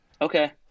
Okay